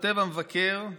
כותב המבקר,